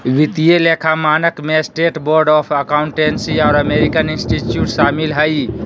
वित्तीय लेखा मानक में स्टेट बोर्ड ऑफ अकाउंटेंसी और अमेरिकन इंस्टीट्यूट शामिल हइ